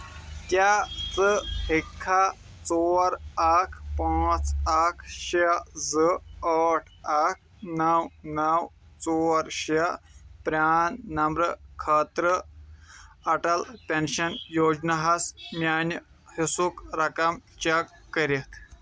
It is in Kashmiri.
کیٛاہ ژٕ ہیٚککھا ژور اکھ پانٛژھ اکھ شٚے زٕ ٲٹھ اکھ نو نو ژور شےٚ پران نمبر خٲطرٕ اٹل پینشن یوجنا ہَس میٚانہِ حِصُک رقم چیک کٔرِتھ